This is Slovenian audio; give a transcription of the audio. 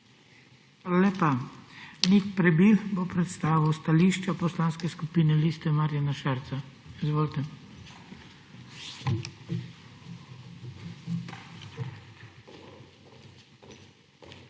lepa. Nik Prebil bo predstavil stališče Poslanske skupine Liste Marjana Šarca. Izvolite.